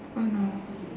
oh no